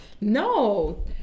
No